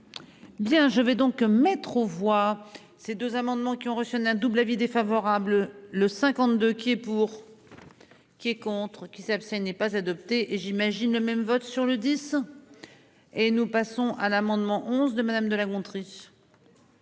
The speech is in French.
Bien je vais donc mettre aux voix, ces deux amendements qui ont reçu un, un double avis défavorable, le 52 qui est pour. Qui est contre qui s'abstiennent n'est pas adopté et j'imagine même vote sur le 10. Et nous passons à l'amendement 11 de madame de La Gontrie.